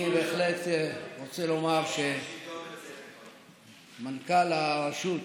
בהחלט רוצה לומר שמנכ"ל הרשות